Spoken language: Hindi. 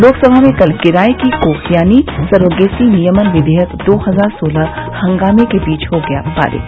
लोकसभा में कल किराये की कोख यानी सरोगेसी नियमन विघेयक दो हजार सोलह हंगामे के बीच हो गया पारित